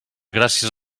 gràcies